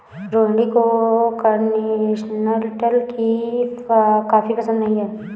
रोहिणी को कॉन्टिनेन्टल की कॉफी पसंद नहीं है